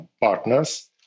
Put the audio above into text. partners